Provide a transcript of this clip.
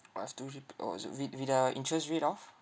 I've to rep~ orh is it with with the interest rate of